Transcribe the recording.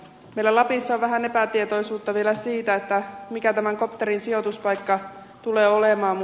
meillä lapissa on vähän epätietoisuutta vielä siitä mikä tämän kopterin sijoituspaikka tulee olemaan